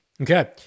Okay